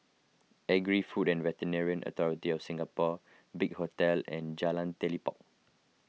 Agri Food and Veterinary Authority of Singapore Big Hotel and Jalan Telipok